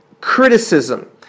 criticism